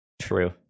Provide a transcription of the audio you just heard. true